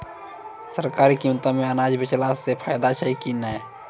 सरकारी कीमतों मे अनाज बेचला से फायदा छै कि नैय?